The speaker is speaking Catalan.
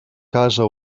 casa